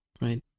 right